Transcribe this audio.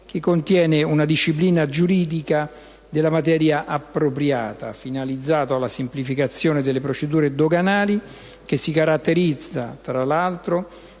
che contiene una disciplina giuridica della materia appropriata, finalizzato alla semplificazione delle procedure doganali, che si caratterizza, tra l'altro,